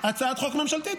של השר.